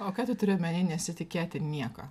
o ką tu turi omeny nesitikėti nieko